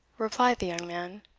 replied the young man.